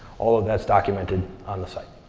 all of that's documented on the site.